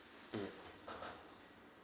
mm